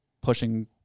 pushing